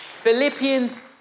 Philippians